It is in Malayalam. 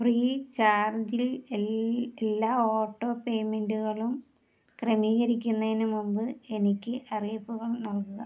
ഫ്രീ ചാർജിൽ എല്ലാ ഓട്ടോ പേയ്മെൻറ്റുകളും ക്രമീകരിക്കുന്നതിന് മുമ്പ് എനിക്ക് അറിയിപ്പുകൾ നൽകുക